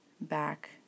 Back